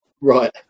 Right